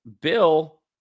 Bill